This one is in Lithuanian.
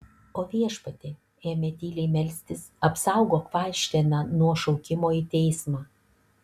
o viešpatie ėmė tyliai melstis apsaugok fainšteiną nuo šaukimo į teismą